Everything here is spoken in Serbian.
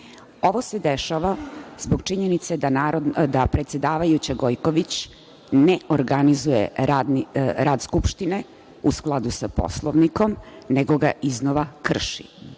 se dešava zbog činjenice da predsedavajuća Gojković ne organizuje rad Skupštine u skladu sa Poslovnikom, nego ga iznova krši.